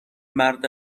مرد